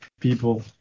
people